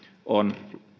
on